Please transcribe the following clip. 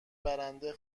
برنده